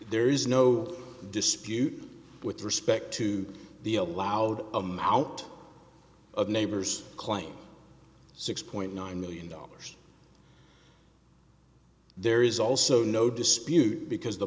there is no dispute with respect to the allowed amount of neighbors claim six point nine million dollars there is also no dispute because the